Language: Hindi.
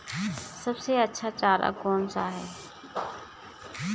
सबसे अच्छा चारा कौन सा है?